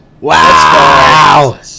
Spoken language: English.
Wow